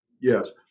Yes